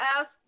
ask